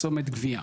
זאת אומרת, גבייה.